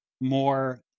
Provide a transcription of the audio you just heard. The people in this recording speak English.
more